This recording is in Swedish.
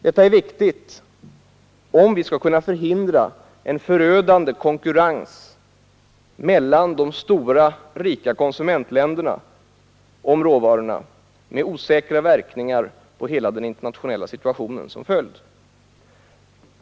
Detta är viktigt för att kunna förhindra en förödande konkurrens mellan de stora, rika konsumentländerna om råvarorna med osäkra verkningar på hela den internationella situationen som följd.